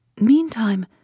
Meantime